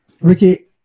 Ricky